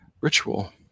ritual